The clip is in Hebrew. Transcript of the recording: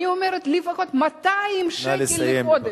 אני אומרת: לפחות 200 שקל לחודש, נא לסיים.